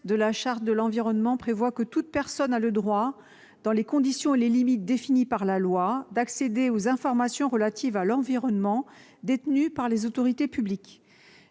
de la Charte de l'environnement prévoit que « toute personne a le droit, dans les conditions et les limites définies par la loi, d'accéder aux informations relatives à l'environnement détenues par les autorités publiques